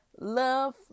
love